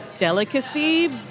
delicacy